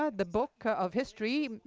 ah the book of history,